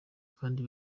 kandi